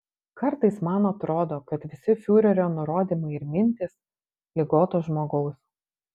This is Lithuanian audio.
kartais man atrodo kad visi fiurerio nurodymai ir mintys ligoto žmogaus